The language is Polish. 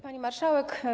Pani Marszałek!